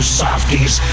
softies